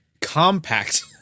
compact